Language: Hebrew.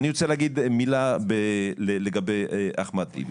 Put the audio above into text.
אני רוצה להגיד מילה לגבי אחמד טיבי.